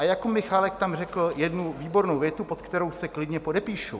Jakub Michálek tam řekl jednu výbornou větu, pod kterou se klidně podepíšu.